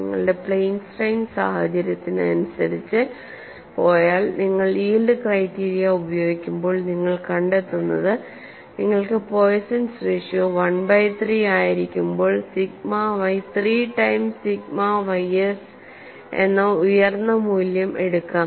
നിങ്ങളുടെ plane strain സാഹചര്യത്തിനനുസരിച്ച് പോയാൽ നിങ്ങൾ യീൽഡ് ക്രൈറ്റീരിയ ഉപയോഗിക്കുമ്പോൾ നിങ്ങൾ കണ്ടെത്തുന്നത് നിങ്ങൾക്ക് പോയ്സൻസ് റേഷ്യോ 1 ബൈ 3 ആയിരിക്കുമ്പോൾ sigma y 3 times sigma ys എന്ന ഉയർന്ന മൂല്യം എടുക്കാം